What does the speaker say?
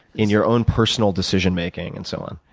in your own personal decision making and so on?